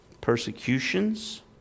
persecutions